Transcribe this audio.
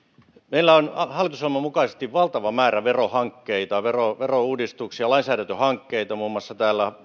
meillä on hallitusohjelman mukaisesti valtava määrä verohankkeita verouudistuksia lainsäädäntöhankkeita muun muassa